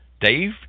Dave